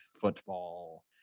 football